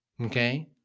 Okay